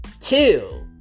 chill